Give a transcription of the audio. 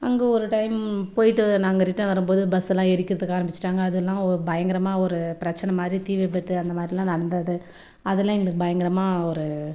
அங்கே ஒரு டைம் நாங்கள் ரிட்டர்ன் வரும்போது பஸ் எல்லாம் எரிக்கிறதுக்கு ஆரம்பிச்சுட்டாங்க அது எல்லாம் பயங்கரமாக ஒரு பிரச்சனை மாதிரி தீ விபத்து அந்த மாதிரிலாம் நடந்தது அதெல்லாம் எங்களுக்கு பயங்கரமாக ஒரு